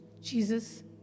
Jesus